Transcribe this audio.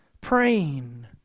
praying